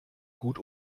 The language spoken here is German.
gut